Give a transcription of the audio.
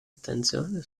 attenzione